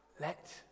Let